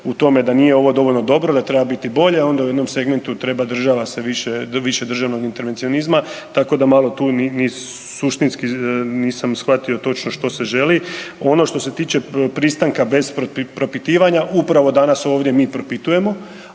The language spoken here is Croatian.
u tome da nije ovo dovoljno dobro da treba biti bolje, onda u jednom segmentu treba država se više, više državnog intervencionizma, tako da malo tu suštinski nisam shvatio točno što se želi. Ono što se tiče pristanka bez propitivanja upravo danas ovdje mi propitujemo,